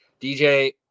DJ